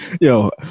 Yo